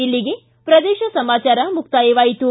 ಇಲ್ಲಿಗೆ ಪ್ರದೇಶ ಸಮಾಚಾರ ಮುಕ್ತಾಯವಾಯಿತು